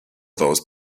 those